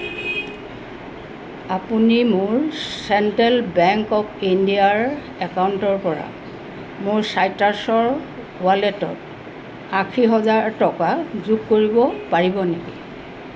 আপুনি মোৰ central bank of ইণ্ডিয়াৰ একাউণ্টৰপৰা মোৰ চাইট্ৰাছৰ ৱালেটত আশী হাজাৰ টকা যোগ কৰিব পাৰিব নেকি